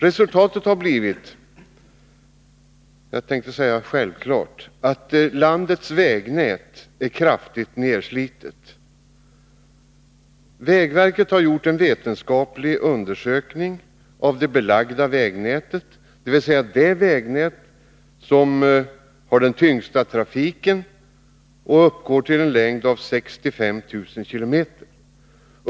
Resultatet har — självfallet — blivit att landets vägnät är kraftigt nedslitet. Vägverket har gjort en vetenskaplig undersökning av det belagda vägnätet, dvs. det vägnät som har den tyngsta trafiken och som uppgår till en längd av 65 000 km.